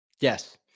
Yes